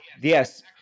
Yes